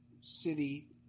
city